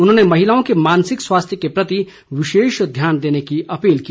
उन्होंने महिलाओं के मानसिक स्वास्थ्य के प्रति विशेष ध्यान देने की अपील की